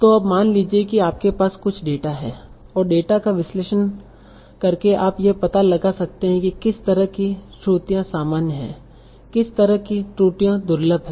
तो अब मान लीजिए कि आपके पास कुछ डेटा है और डेटा का विश्लेषण करके आप यह पता लगा सकते हैं कि किस तरह की त्रुटियां सामान्य हैं किस तरह की त्रुटियां दुर्लभ हैं